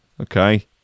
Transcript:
okay